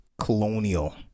colonial